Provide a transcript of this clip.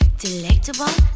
delectable